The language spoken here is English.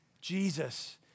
Jesus